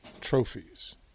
trophies